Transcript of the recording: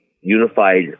unified